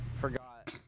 Forgot